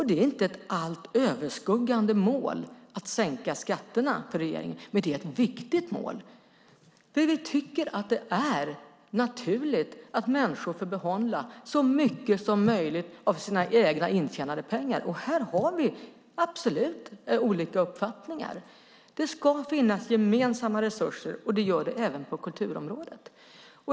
Det är inte ett allt överskuggande mål för regeringen att sänka skatterna, men det är ett viktigt mål. Vi tycker att det är naturligt att människor får behålla så mycket som möjligt av sina egna intjänade pengar. Här har vi absolut olika uppfattningar. Det ska finnas gemensamma resurser, och det gör det även på kulturområdet.